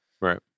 Right